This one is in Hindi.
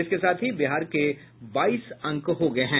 इसके साथ ही बिहार के बाईस अंक हो गये हैं